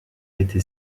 été